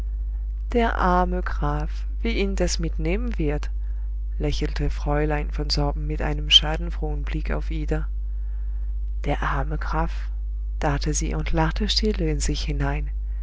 der arme graf wie ihn das mitnehmen wird lächelte fräulein von sorben mit einem schadenfrohen blick auf ida der arme graf dachte sie und lachte still in sich hinein